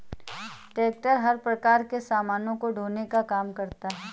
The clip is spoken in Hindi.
ट्रेक्टर हर प्रकार के सामानों को ढोने का काम करता है